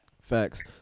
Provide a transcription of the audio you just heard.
Facts